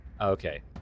Okay